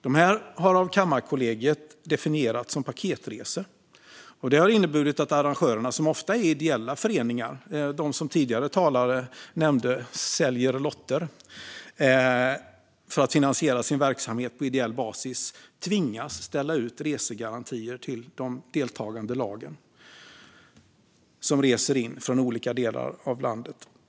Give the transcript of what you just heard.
Dessa har av Kammarkollegiet definierats som paketresor, och det har inneburit att arrangörerna, som ofta är ideella föreningar - de som tidigare talare nämnde säljer lotter för att finansiera sin verksamhet på ideell basis - tvingas ställa ut resegarantier till deltagande lag som reser in från olika delar av landet.